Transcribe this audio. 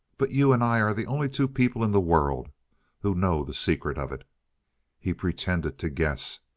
but you and i are the only two people in the world who know the secret of it he pretended to guess.